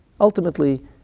Ultimately